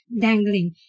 dangling